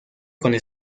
con